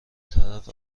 طرف